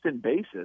basis